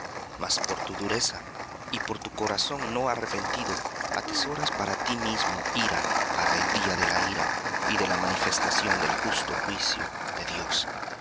mas por tu dureza y por tu corazón no arrepentido atesoras para ti mismo ira para el día de la ira y de la manifestación del justo juicio de dios